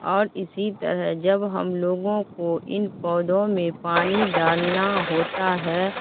اور اسی طرح جب ہم لوگوں کو ان پودوں میں پانی ڈالنا ہوتا ہے